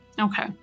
Okay